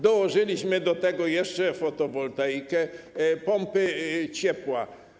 Dołożyliśmy do tego jeszcze fotowoltaikę, pompy ciepła.